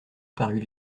parut